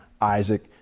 Isaac